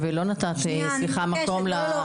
ומשרד החינוך לא מקבל אותם כאנשי מקצוע שמטפלים בנושא הזה.